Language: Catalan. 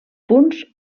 punts